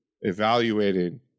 evaluating